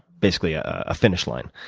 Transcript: basically a ah finish line.